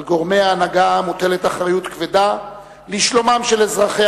על גורמי ההנהגה מוטלת אחריות כבדה לשלומם של אזרחי